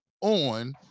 on